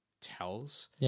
tells